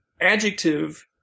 adjective